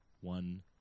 one